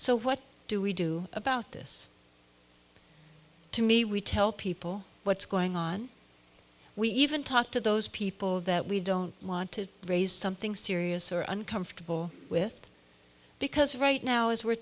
so what do we do about this to me we tell people what's going on we even talk to those people that we don't want to raise something serious or uncomfortable with because right now as we